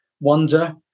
wonder